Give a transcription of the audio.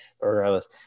Regardless